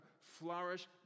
flourish